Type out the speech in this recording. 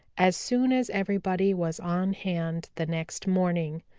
as soon as everybody was on hand the next morning.